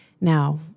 Now